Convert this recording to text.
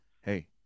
hey